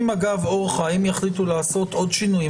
אם אגב אורחה הם יחליטו לעשות עוד שינויים,